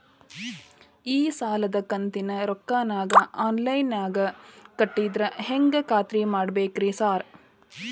ಈ ಸಾಲದ ಕಂತಿನ ರೊಕ್ಕನಾ ಆನ್ಲೈನ್ ನಾಗ ಕಟ್ಟಿದ್ರ ಹೆಂಗ್ ಖಾತ್ರಿ ಮಾಡ್ಬೇಕ್ರಿ ಸಾರ್?